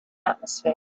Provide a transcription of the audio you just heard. atmosphere